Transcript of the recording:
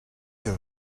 you